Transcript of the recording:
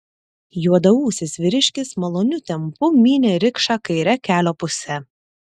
juodaūsis vyriškis maloniu tempu mynė rikšą kaire kelio puse